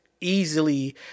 easily